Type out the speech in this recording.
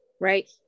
Right